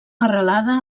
arrelada